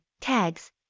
Tags